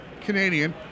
Canadian